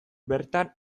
bertan